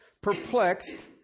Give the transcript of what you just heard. perplexed